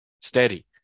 steady